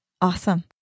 Awesome